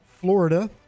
Florida